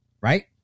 right